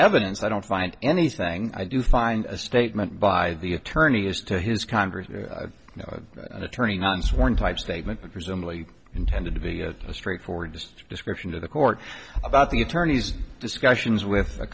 evidence i don't find anything i do find a statement by the attorney as to his congress not turning on sworn type statement but presumably intended to be a straightforward just description of the court about the attorneys discussions with a